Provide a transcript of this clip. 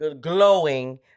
glowing